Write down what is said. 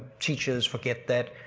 teachers forget that.